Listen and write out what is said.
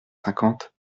cinquante